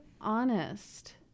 honest